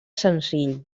senzill